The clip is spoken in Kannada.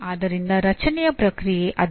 ಆದ್ದರಿಂದ ರಚನೆಯ ಪ್ರಕ್ರಿಯೆ ಅದು